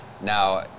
now